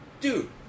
Dude